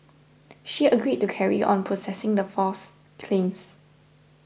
she agreed to carry on processing the false claims